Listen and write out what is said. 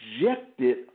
rejected